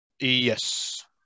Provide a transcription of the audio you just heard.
Yes